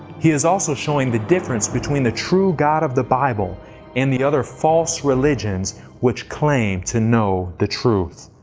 he is also showing the difference between the true god of the bible and all the other false religions which claim to know the truth.